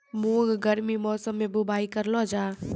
मूंग गर्मी मौसम बुवाई करलो जा?